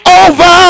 over